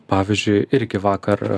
pavyzdžiui irgi vakar